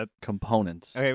components